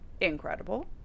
incredible